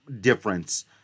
difference